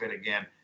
again